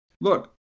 Look